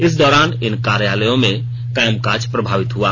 इस दौरान इन कार्यालयों में कामकाज प्रभावित हआ